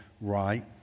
right